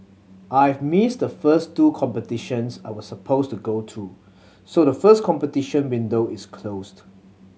I've missed the first two competitions I was supposed to go to so the first competition window is closed